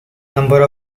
number